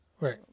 Right